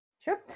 Sure